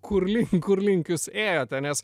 kurlink kurlink jūs ėjote nes